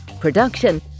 production